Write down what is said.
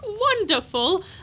Wonderful